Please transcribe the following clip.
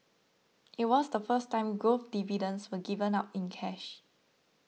it was the first time growth dividends were given out in cash